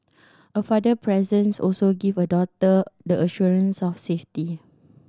a father presence also give a daughter the assurance of safety